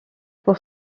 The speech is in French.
pour